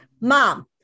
mom